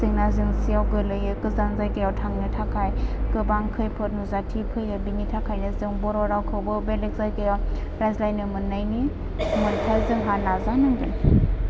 जेंना जेंसिआव गोग्लैयो गोजान जायगायाव थांनो थाखाय गोबां खैफोद नुजाथि फैयो बिनि थाखायनो जों बर' रावखौबो बेलेग जायगायाव रायज्लायनो मोननायनि मोनथाइ जोंहा नाजानांगोन